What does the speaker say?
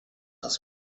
das